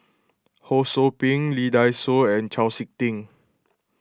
Ho Sou Ping Lee Dai Soh and Chau Sik Ting